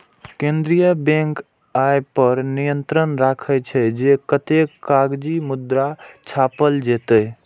केंद्रीय बैंक अय पर नियंत्रण राखै छै, जे कतेक कागजी मुद्रा छापल जेतै